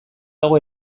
dago